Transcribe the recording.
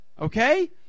Okay